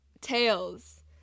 tails